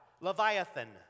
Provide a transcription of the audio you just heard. Leviathan